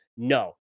No